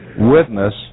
witness